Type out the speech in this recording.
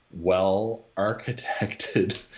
well-architected